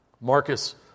Marcus